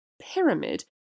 pyramid